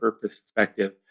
perspective